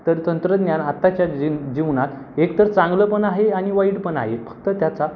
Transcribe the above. तर तंत्रज्ञान आत्ताच्या जी जीवनात एक तर चांगलं पण आहे आणि वाईट पण आहे फक्त त्याचा